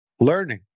learning